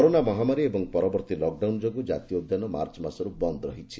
corona ମହାମାରୀ ଓ ପରବର୍ତ୍ତୀ ଲକ୍ଡାଉନ୍ ଯୋଗୁଁ ଜାତୀୟ ଉଦ୍ୟାନ ମାର୍ଚ୍ଚ ମାସରୁ ବନ୍ଦ୍ ରହିଛି